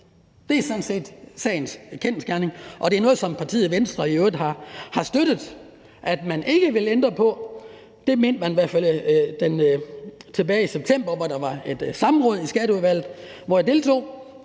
Det er sådan set sagens kerne, og det er noget, som partiet Venstre i øvrigt har støttet, og som man ikke ville ændre på – det mente man i hvert fald tilbage i september, hvor der var et samråd i Skatteudvalget, hvor jeg deltog;